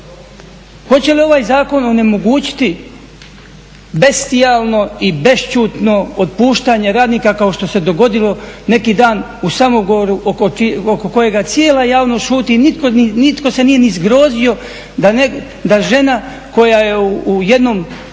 Hoće li ovaj zakon onemogućiti … i bešćutno otpuštanje radnika kao što se dogodilo neki dan u Samoboru oko kojega cijela javnost šuti, nitko se nije ni zgrozio da žena koja je u jednom